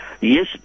yes